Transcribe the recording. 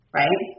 right